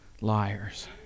liars